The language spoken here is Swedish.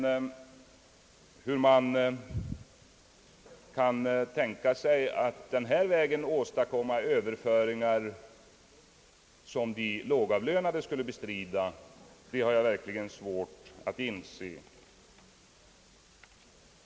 Hur man kan tänka sig att inom ATP åstadkomma överföringar, som de lågavlönade skulle bestrida, har jag emellertid verkligen svårt att inse.